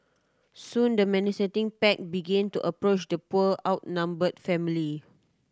soon the bag begin to approach the poor outnumbered family